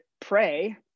pray